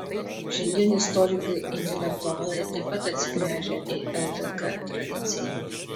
šiandien istorikai intelektualai taip pat atsigręžią į ldk tradiciją